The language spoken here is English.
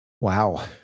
Wow